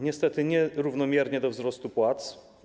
Niestety, nie równomiernie do wzrostu płac.